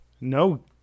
no